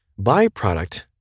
byproduct